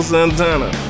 Santana